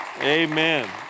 Amen